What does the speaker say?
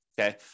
okay